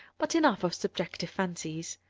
but enough of subjective fancies.